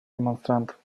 демонстрантов